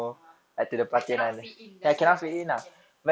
ah like cannot fit in doesn't look who can